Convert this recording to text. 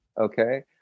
okay